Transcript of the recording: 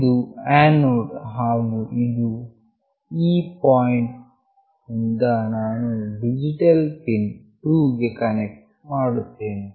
ಇದು ಆ್ಯನೋಡ್ ಹಾಗು ಈ ಪಾಯಿಂಟ್ ನಿಂದ ನಾನು ಡಿಜಿಟಲ್ ಪಿನ್ 2 ಕ್ಕೆ ಕನೆಕ್ಟ್ ಮಾಡುತ್ತೇನೆ